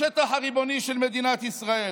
בשטח הריבוני של מדינת ישראל.